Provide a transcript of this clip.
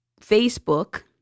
Facebook